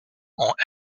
ont